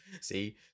See